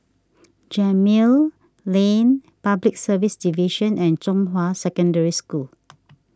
Gemmill Lane Public Service Division and Zhonghua Secondary School